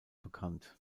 bekannt